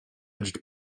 edged